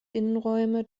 innenräume